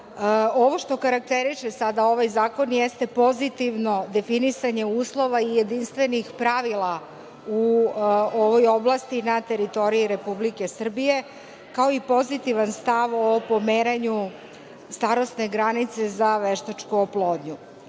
što karakteriše sada ovaj zakon jeste pozitivno definisanje uslova i jedinstvenih pravila u ovoj oblasti na teritoriji Republike Srbije, kao i pozitivan stav o pomeranju starosne granice za veštačku oplodnju.